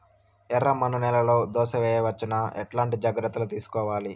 ఎర్రమన్ను నేలలో దోస వేయవచ్చునా? ఎట్లాంటి జాగ్రత్త లు తీసుకోవాలి?